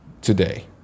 today